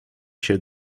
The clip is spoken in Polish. się